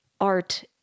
art